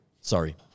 sorry